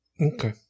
Okay